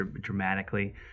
dramatically